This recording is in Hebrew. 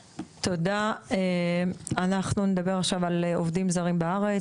תודה, אנחנו נדבר עכשיו על עובדים זרים בארץ.